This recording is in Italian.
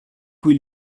cui